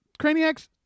Craniacs